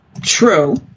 True